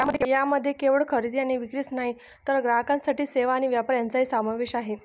यामध्ये केवळ खरेदी आणि विक्रीच नाही तर ग्राहकांसाठी सेवा आणि व्यापार यांचाही समावेश आहे